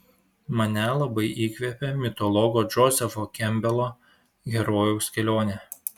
mane labai įkvepia mitologo džozefo kempbelo herojaus kelionė